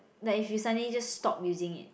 like if you suddenly just stop using it